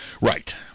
right